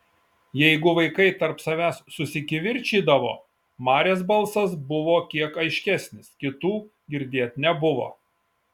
jeigu vaikai tarp savęs susikivirčydavo marės balsas buvo kiek aiškesnis kitų girdėt nebuvo